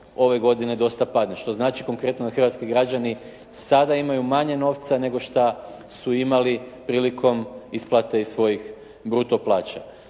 ove godine dosta padne što znači konkretno da hrvatski građani sada imaju manje novca nego što su imali prilikom isplate iz svojih bruto plaća.